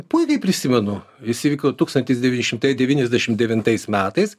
puikiai atsimenu jis vyko tūkstatnis devyni šimtai devyniasdešim devintais metais